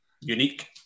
unique